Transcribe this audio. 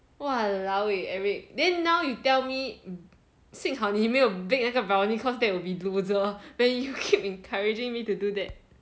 !walao! eh eric then now you tell me 幸好你没有 bake 那个 brownie cause that will be loser when you keep encouraging me to do that